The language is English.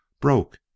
broke